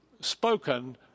Spoken